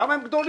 למה הם גדולים?